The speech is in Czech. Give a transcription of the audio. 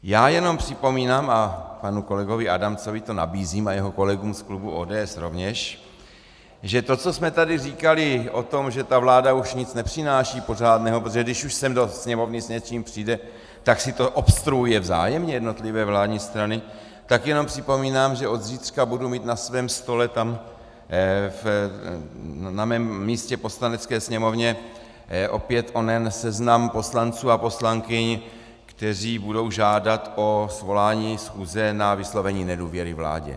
Já jenom připomínám, a panu kolegovi Adamcovi to nabízím a jeho kolegům z klubu ODS rovněž, že to, co jsme tady říkali o tom, že ta vláda už nic nepřináší pořádného, protože když už sem do Sněmovny s něčím přijde, tak si to obstruuje vzájemně, jednotlivé vládní strany, tak jenom připomínám, že od zítřka budu mít na svém stole na mém místě v Poslanecké sněmovně opět onen seznam poslanců a poslankyň, kteří budou žádat o svolání schůze na vyslovení nedůvěry vládě.